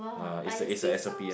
ah is a is a S_O_P ah